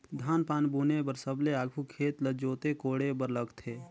धान पान बुने बर सबले आघु खेत ल जोते कोड़े बर लगथे